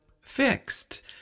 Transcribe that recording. fixed